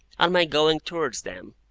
on my going towards them,